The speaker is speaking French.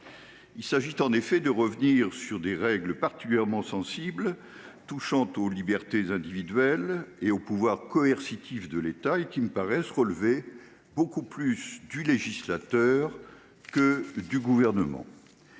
il s'agit de revenir sur les règles particulièrement sensibles touchant aux libertés individuelles et au pouvoir coercitif de l'État, lesquelles me paraissent relever beaucoup plus du législateur que du Gouvernement.